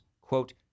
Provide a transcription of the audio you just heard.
quote